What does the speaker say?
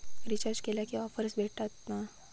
Recharge केला की offers भेटात मा?